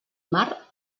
mar